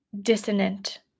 dissonant